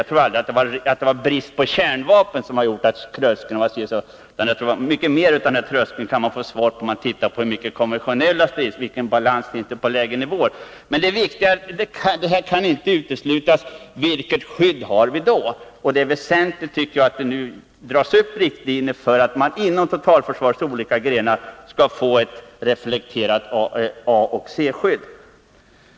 Jag tror inte att det varit brist på kärnvapen som gjort att tröskeln varit si och så hög, utan jag tror att man kan få en mycket bättre uppfattning av tröskeln om man tittar på balansen i fråga om konventionella stridsmedel på lägre nivåer. Men ett kärnvapenkrig kan inte uteslutas, och vilket skydd har vi då? Det är väsentligt att det nu dras upp riktlinjer för att man inom totalförsvarets olika grenar skall få ett rimligt A och C-skydd.